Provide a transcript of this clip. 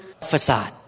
facade